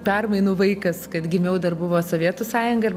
permainų vaikas kad gimiau dar buvo sovietų sąjunga ir